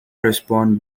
respond